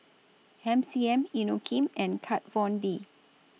M C M Inokim and Kat Von D